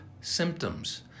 symptoms